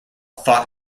fought